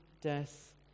death